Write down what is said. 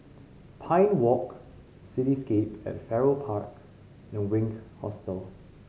Pine Walk Cityscape at Farrer Park and Wink Hostel